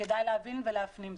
וכדאי להבין ולהפנים זאת.